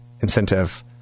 incentive